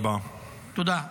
תודה רבה.